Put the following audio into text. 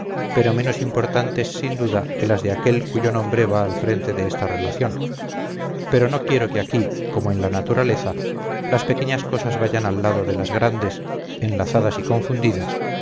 héroe menos importantes sin duda que las de aquel cuyo nombre va al frente de esta relación pero yo quiero que aquí como en la naturaleza las pequeñas cosas vayan al lado de las grandes enlazadas y confundidas